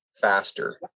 faster